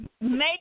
Make